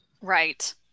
right